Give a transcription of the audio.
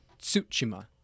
Tsuchima